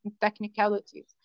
technicalities